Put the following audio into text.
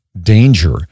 danger